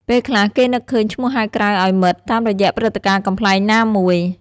ពេលខ្លះ គេនឹកឃើញឈ្មោះហៅក្រៅឱ្យមិត្ត តាមរយៈព្រឹត្តិការណ៍កំប្លែងណាមួយ។